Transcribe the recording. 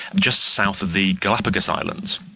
just south of the galapagos islands.